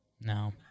No